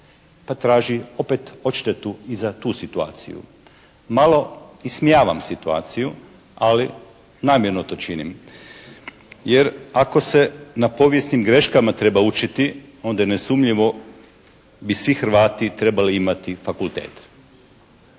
pa traži opet odštetu i za tu situaciju. Malo ismijavam situaciju, ali namjerno to činim, jer ako se na povijesnim greškama treba učiti onda je nesumnjivo bi svi Hrvati trebali imati fakultete